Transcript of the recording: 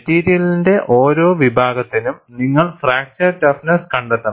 മെറ്റീരിയലിന്റെ ഓരോ വിഭാഗത്തിനും നിങ്ങൾ ഫ്രാക്ചർ ടഫ്നെസ്സ് കണ്ടെത്തണം